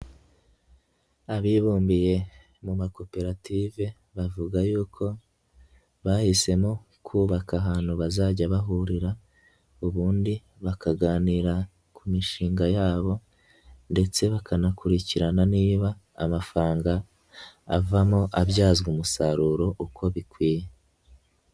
Abibumbiye mu makoperative bavuga y'uko bahisemo kubaka ahantu bazajya bahurira ubundi bakaganira ku mishinga yabo, ndetse bakanakurikirana niba amafaranga avamo abyazwa umusaruro uko bikwiye.